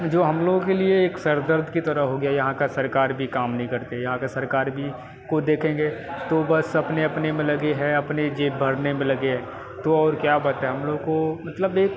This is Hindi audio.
जो हम लोग के लिए एक सर दर्द की तरह हो गया यहाँ की सरकार भी काम नहीं करती यहाँ की सरकार भी को देखेंगे तो बस अपने अपने में लगी है अपनी जेब भरने में लगी है तो और क्या बताएं हम लोग को मतलब एक